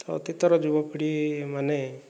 ତ ଅତୀତର ଯୁବ ପିଢ଼ିମାନେ